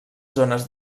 zones